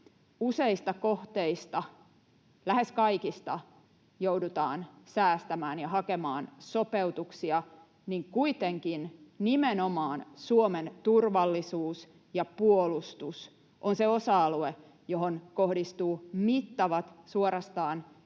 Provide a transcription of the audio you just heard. useista kohteista, lähes kaikista, joudutaan säästämään ja hakemaan sopeutuksia, niin kuitenkin nimenomaan Suomen turvallisuus ja puolustus on se osa-alue, johon kohdistuu mittavat, suorastaan